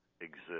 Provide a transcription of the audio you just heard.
exist